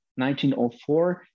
1904